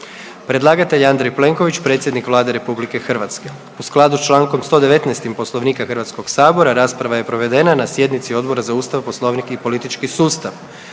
Predlagatelj Andrej Plenković predsjednik Vlade RH. U skladu s čl. 119. Poslovnika HS-a rasprava je provedena na sjednici Odbora za Ustav, Poslovnik i politički sustav.